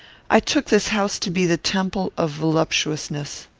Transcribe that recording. i took this house to be the temple of voluptuousness.